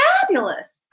fabulous